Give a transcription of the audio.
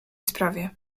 sprawie